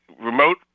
remote